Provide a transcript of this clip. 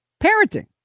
parenting